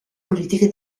politiche